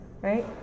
right